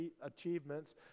achievements